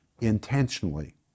intentionally